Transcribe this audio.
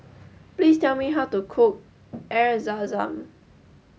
please tell me how to cook Air Zam Zam